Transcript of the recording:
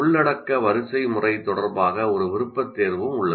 உள்ளடக்க வரிசைமுறை தொடர்பாக ஒரு விருப்ப தேர்வும் உள்ளது